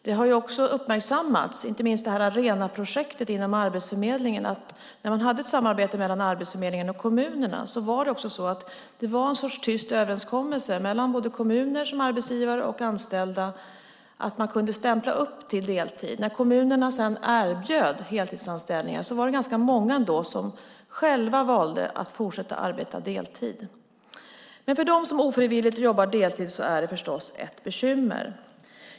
Det har också uppmärksammats, inte minst inom det så kallade Arenaprojektet på Arbetsförmedling, att det när man hade ett samarbete mellan arbetsförmedlingarna och kommunerna fanns ett slags tyst överenskommelse mellan kommunen som arbetsgivare och de anställda att man kunde stämpla upp till heltid. När kommunerna sedan erbjöd heltidsanställningar var det ändå ganska många som själva valde att fortsätta arbeta deltid. För dem som ofrivilligt arbetar deltid är det förstås ett bekymmer.